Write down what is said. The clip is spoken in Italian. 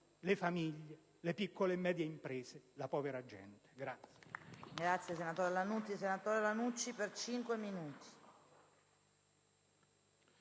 le famiglie, le piccole e medie imprese, la povera gente.